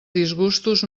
disgustos